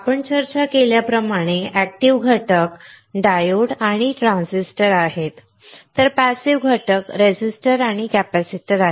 आपण चर्चा केल्याप्रमाणे एक्टिव घटक डायोड आणि ट्रान्झिस्टर आहेत तर पॅसिव्ह घटक प्रतिरोधक आणि कॅपेसिटर आहेत